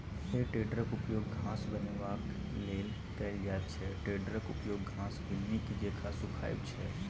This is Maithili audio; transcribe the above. हे टेडरक उपयोग घास बनेबाक लेल कएल जाइत छै टेडरक उपयोग घासकेँ नीक जेका सुखायब छै